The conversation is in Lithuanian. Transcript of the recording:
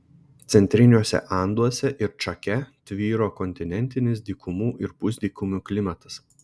centriniuose anduose ir čake tvyro kontinentinis dykumų ir pusdykumių klimatas